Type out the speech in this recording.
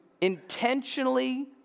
intentionally